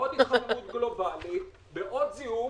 בעוד זיהום.